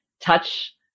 touch